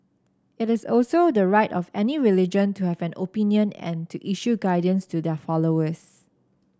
it is also the right of any religion to have an opinion and to issue guidance to their followers